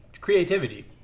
creativity